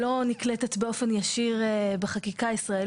ובישיבה הבאה לתת לנו אפילו,